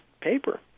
paper